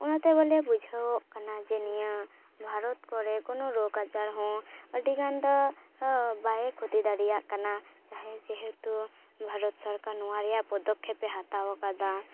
ᱚᱱᱟᱛᱮ ᱵᱚᱞᱮ ᱵᱩᱡᱷᱟᱹᱣᱚᱜ ᱠᱟᱱᱟ ᱡᱮ ᱱᱤᱭᱟᱹ ᱵᱷᱟᱨᱚᱛ ᱠᱚᱨᱮ ᱠᱳᱱᱳ ᱨᱳᱜᱽ ᱟᱡᱟᱨ ᱦᱚᱸ ᱟᱹᱰᱤ ᱜᱟᱱ ᱫᱚ ᱵᱟᱭ ᱠᱷᱚᱛᱤ ᱫᱟᱲᱮᱭᱟᱜ ᱠᱟᱱᱟ ᱡᱟᱦᱟᱸᱭ ᱡᱮᱦᱮᱛᱩ ᱵᱷᱟᱨᱚᱛ ᱥᱚᱨᱠᱟᱨ ᱱᱚᱣᱟ ᱨᱮᱭᱟᱜ ᱯᱚᱫᱚᱠᱷᱮᱯᱮ ᱦᱟᱛᱟᱣᱟ ᱟᱠᱟᱫᱟ